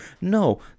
No